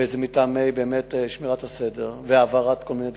וזה מטעמי שמירת הסדר והעברת כל מיני דברים.